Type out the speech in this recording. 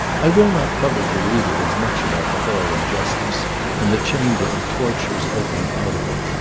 i will not trouble the reader with much about the hall of justice and the chamber of tortures opening out of it,